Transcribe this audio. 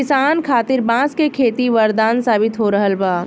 किसान खातिर बांस के खेती वरदान साबित हो रहल बा